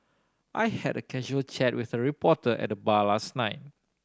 I had a casual chat with a reporter at bar last night